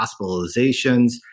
hospitalizations